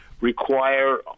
require